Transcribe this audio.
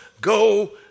go